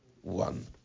one